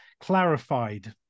clarified